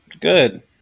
good